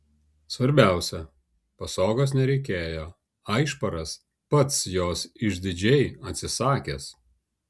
svarbiausia pasogos nereikėjo aišparas pats jos išdidžiai atsisakęs